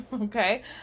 okay